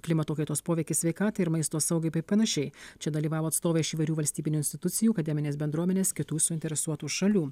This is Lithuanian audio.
klimato kaitos poveikis sveikatai ir maisto saugai bei panašiai čia dalyvavo atstovai iš įvairių valstybinių institucijų akademinės bendruomenės kitų suinteresuotų šalių